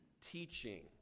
teaching